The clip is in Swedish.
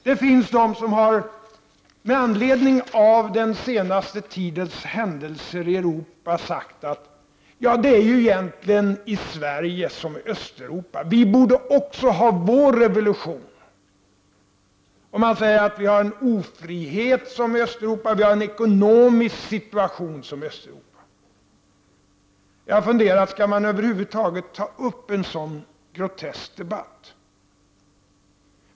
Det finns de som med anledning av den senaste tidens händelser i Europa har sagt: Det är egentligen i Sverige som i Östeuropa. Vi borde också ha vår revolution. Man säger att vi i Sverige har en ofrihet, liksom i Östeuropa och en ekonomisk situation som den i Östeuropa. Jag har funderat om man över huvud taget skall ta upp en sådan grotesk debatt.